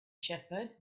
shepherd